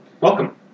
Welcome